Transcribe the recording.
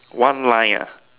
one line ah